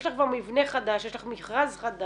יש לך כבר מבנה חדש, יש לך מכרז חדש.